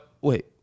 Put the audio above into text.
wait